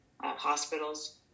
hospitals